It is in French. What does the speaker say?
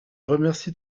remercie